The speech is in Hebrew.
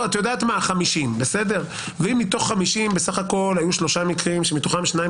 50. אם מתוך 50 בסך הכול היו 3 מקרים מתוכם שניים